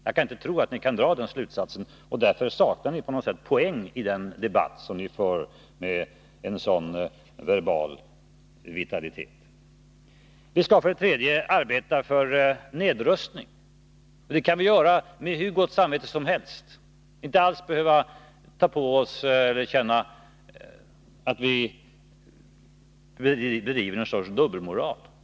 Jag kan inte tro att ni kan dra den slutsatsen, och därför saknar ni poäng i den debatt som ni för med sådan verbal vitalitet. Vi skall vidare arbeta för nedrustning. Och det kan vi göra med hur gott samvete som helst. Vi behöver inte alls känna att vi bedriver någon sorts dubbelmoral.